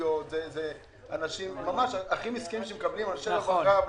הוריות ואנשים ממש הכי מסכנים שזקוקים לגופי הרווחה.